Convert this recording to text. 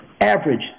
average –